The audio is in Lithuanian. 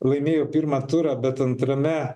laimėjo pirmą turą bet antrame